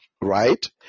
right